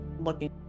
looking